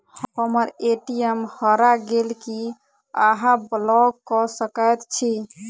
हम्मर ए.टी.एम हरा गेल की अहाँ ब्लॉक कऽ सकैत छी?